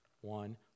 One